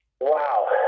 Wow